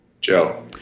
Joe